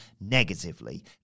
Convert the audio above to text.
negatively